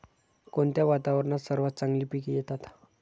कोणत्या वातावरणात सर्वात चांगली पिके येतात?